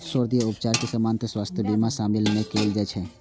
सौंद्रर्य उपचार कें सामान्यतः स्वास्थ्य बीमा मे शामिल नै कैल जाइ छै